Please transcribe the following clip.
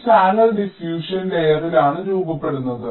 ഈ channel diffusion ലെയറിലാണ് രൂപപ്പെടുന്നത്